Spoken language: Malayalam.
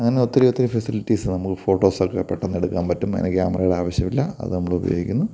അങ്ങനെ ഒത്തിരി ഒത്തിരി ഫെസിലിറ്റീസ് നമുക്ക് ഫോട്ടോസൊക്കെ പെട്ടന്ന് എടുക്കാൻ പറ്റും അതിന് കാമറേടെ ആവശ്യമില്ല അത് നമ്മൾ ഉപയോഗിക്കുന്നു